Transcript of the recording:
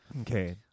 Okay